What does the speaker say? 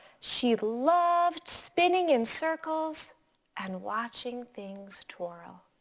she loved spinning in circles and watching things twirl.